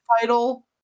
title